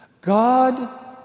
God